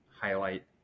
highlight